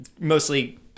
mostly